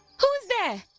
who's there?